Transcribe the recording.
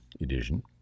edition